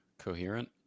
Coherent